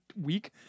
week